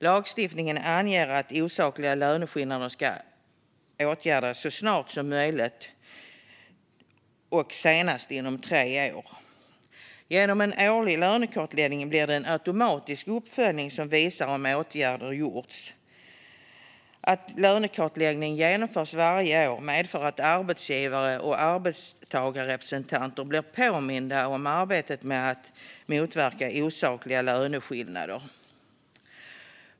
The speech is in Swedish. Lagstiftningen anger att osakliga löneskillnader ska åtgärdas så snart som möjligt och senast inom tre år. Genom en årlig lönekartläggning blir det en automatisk uppföljning som visar om åtgärder vidtagits. Att lönekartläggning genomförs varje år gör att arbetsgivare och arbetstagarrepresentanter blir påminda om arbetet med att motverka osakliga löneskillnader.